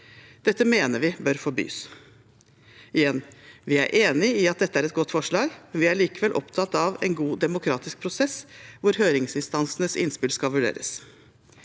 Dette mener vi bør forbys. Igjen: Vi er enige i at dette er et godt forslag; vi er likevel opptatt av en god demokratisk prosess hvor høringsinstansenes innspill skal vurderes.